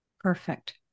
Perfect